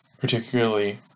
particularly